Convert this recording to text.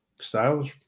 Styles